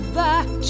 back